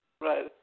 Right